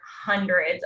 hundreds